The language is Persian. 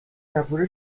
کپور